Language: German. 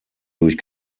durch